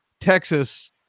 Texas